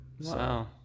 Wow